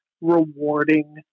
rewarding